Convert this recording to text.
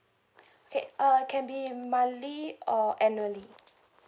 okay uh can be monthly or annually